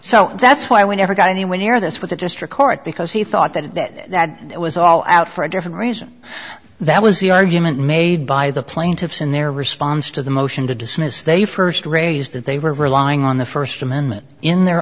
so that's why we never got anywhere near this with the district court because he thought that it was all out for a different reason that was the argument made by the plaintiffs in their response to the motion to dismiss they first raised that they were relying on the first amendment in their